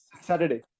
Saturday